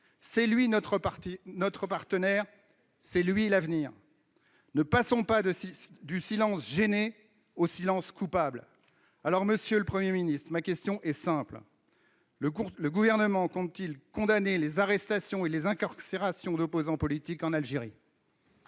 C'est lui notre partenaire, c'est lui l'avenir ! Ne passons pas du silence gêné au silence coupable ! Alors, monsieur le Premier ministre, ma question est simple : le Gouvernement compte-t-il condamner les arrestations et les incarcérations d'opposants politiques en Algérie ?